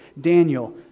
Daniel